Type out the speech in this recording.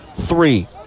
three